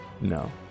No